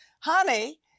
Honey